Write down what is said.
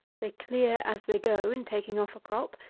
they clear as they go in taking off a crop,